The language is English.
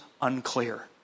unclear